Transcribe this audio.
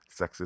sexist